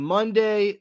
Monday